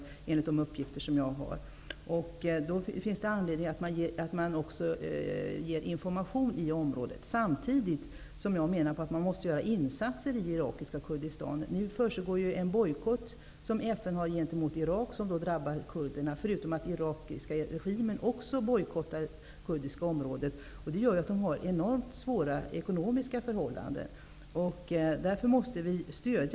Det finns därför anledning att ge information i området. Samtidigt skall man göra insatser i irakiska Kurdistan. Det försiggår nu en bojkott riktad mot Dessutom bojkottar den irakiska regimen det kurdiska området, vilket gör att de ekonomiska förhållandena för människorna där är enormt svåra.